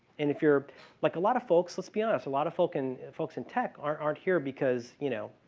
and if you're like a lot of folks let's be honest, a lot of folks and folks in tech aren't here because, you know,